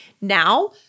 Now